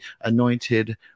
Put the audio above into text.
anointed